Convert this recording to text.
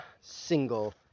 single